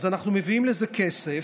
אז אנחנו מביאים לזה כסף.